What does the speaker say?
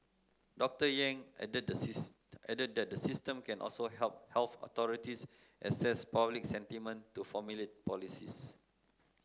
Doctor Yang added the added that the system can also help health authorities assess public sentiment to formulate policies